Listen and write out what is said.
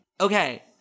Okay